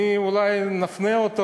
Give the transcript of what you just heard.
אני אולי אפנה אותו